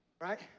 right